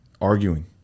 arguing